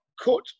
cut